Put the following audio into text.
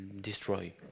destroy